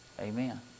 Amen